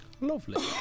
Lovely